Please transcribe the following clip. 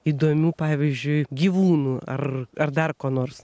įdomių pavyzdžiui gyvūnų ar ar dar ko nors